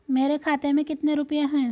मेरे खाते में कितने रुपये हैं?